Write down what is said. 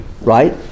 right